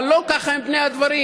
אבל לא ככה הם פני הדברים.